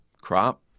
crop